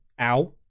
ow